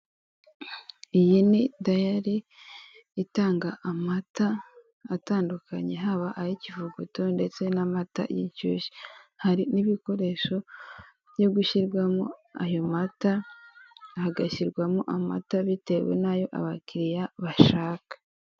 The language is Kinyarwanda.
Umugore wambaye ikanzu y'igitenge ahagaze mu nzu ikorerwamo ubucuruzi bw'imyenda idoze, nayo imanitse ku twuma dufite ibara ry'umweru, hasi no hejuru ndetse iyo nzu ikorerwamo ubucuruzi ifite ibara ry'umweru ndetse n'inkingi zishinze z'umweru zifasheho iyo myenda imanitse.